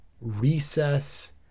recess